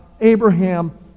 Abraham